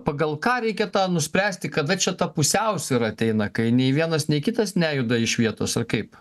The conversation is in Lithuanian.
pagal ką reikia tą nuspręsti kada čia ta pusiausvyra ateina kai nei vienas nei kitas nejuda iš vietos ar kaip